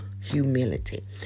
Humility